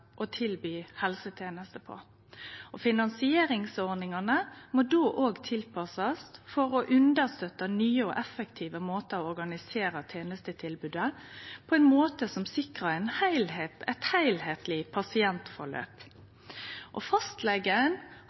å tilby helsetenester på. Finansieringsordningane må då òg tilpassast for å understøtte nye og effektive måtar å organisere tenestetilbodet på, slik at ein sikrar eit heilskapleg pasientforløp.